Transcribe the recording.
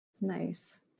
Nice